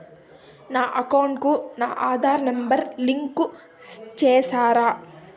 నా అకౌంట్ కు నా ఆధార్ నెంబర్ లింకు చేసారా